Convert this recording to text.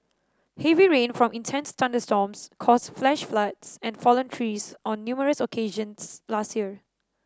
heavy rain from intense thunderstorms caused flash floods and fallen trees on numerous occasions last year